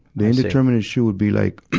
the indeterminant shu would be like